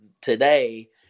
today